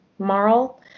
Marl